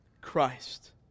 Christ